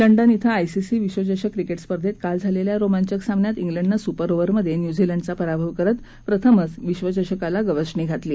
London थे ICC विश्वचषक क्रिक्टी स्पर्धेत काल झालखी रोमांचक सामन्यात उलडनं सुपर ओव्हरमध उत्यूझीलंडचा पराभव करत प्रथमच विश्वचषकाला गवसणी घातली